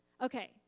Okay